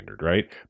right